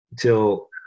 till